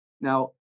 Now